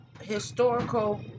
historical